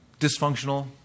dysfunctional